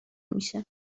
میشه